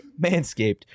Manscaped